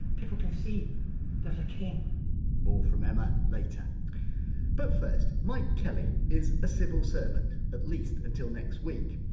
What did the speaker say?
people can see there's a cane more from emma later but first, mike kelly is a civil servant, at least until next week.